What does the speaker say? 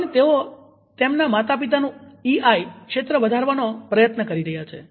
પણ તેઓ તેમના માતા પિતાનું ઇઆઇ ક્ષેત્ર વધારવા પ્રયત્ન કરી રહ્યા છે